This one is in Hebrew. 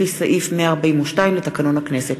לפי סעיף 142 לתקנון הכנסת.